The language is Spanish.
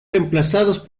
reemplazados